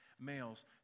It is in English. males